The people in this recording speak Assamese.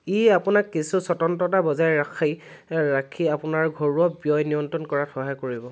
ই আপোনাক কিছু স্বতন্ত্ৰতা বজাই ৰাখি ৰাখি আপোনাৰ ঘৰুৱা ব্যয় নিয়ন্ত্ৰণ কৰাত সহায় কৰিব